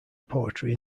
poetry